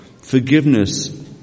Forgiveness